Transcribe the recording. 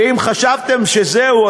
ואם חשבתם שזהו,